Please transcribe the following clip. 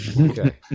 Okay